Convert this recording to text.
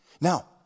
Now